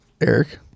Eric